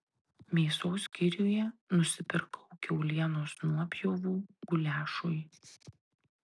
mėsos skyriuje nusipirkau kiaulienos nuopjovų guliašui